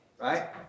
right